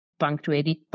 punctuated